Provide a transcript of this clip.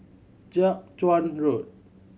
Jiak Chuan Road